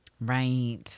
Right